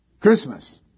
Christmas